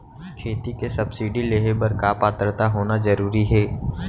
खेती के सब्सिडी लेहे बर का पात्रता होना जरूरी हे?